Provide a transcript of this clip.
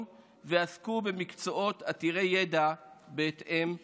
ועסקו במקצועות עתירי ידע בהתאם לתקופה.